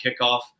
kickoff